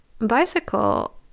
bicycle